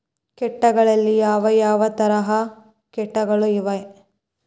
ಕೇಟಗಳಲ್ಲಿ ಯಾವ ಯಾವ ತರಹದ ಕೇಟಗಳು ಇವೆ?